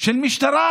של המשטרה?